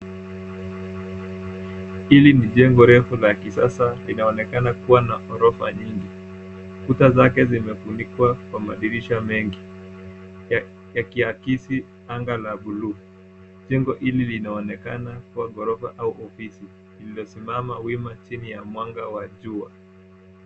Hili ni jengo refu la kisasa. Linaonekana kuwa na ghorofa nyingi. Kuta zake zimefunikwa kwa madirisha mengi yakiakisi anga la bluu. Jengo hili linaonekana kuwa ghorofa au ofisi, limesimama wima chini ya mwanga wa jua.